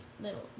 little